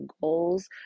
goals